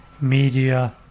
media